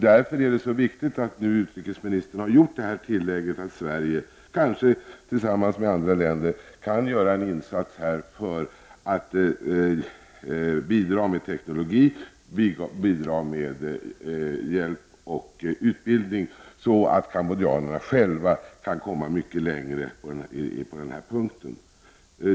Därför är det viktigt att utrikesministern har gjort det här tillägget om att Sverige, kanske tillsammans med andra länder, kan göra en insats för att bidra med teknologi, hjälp och utbildning så att cambodjanerna själva kan komma mycket längre på den här punkten.